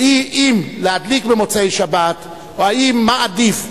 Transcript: האם להדליק במוצאי שבת או מה עדיף,